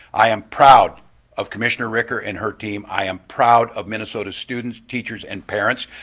i am proud of commissioner ricker and her team. i am proud of minnesota's students, teachers, and parents.